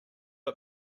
did